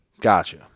gotcha